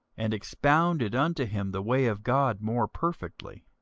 and expounded unto him the way of god more perfectly.